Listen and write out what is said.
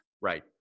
Right